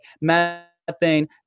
methane